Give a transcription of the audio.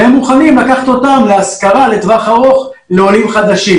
ומוכנים לקחת אותן להשכרה לטווח ארוך לעולים חדשים,